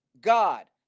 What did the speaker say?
God